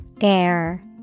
Air